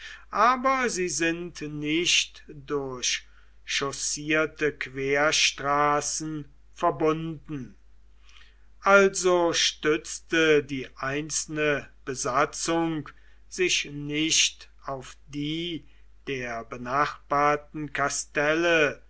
aber sie sind nicht durch chaussierte querstraßen verbunden also stützte die einzelne besatzung sich nicht auf die der benachbarten kastelle